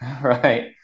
right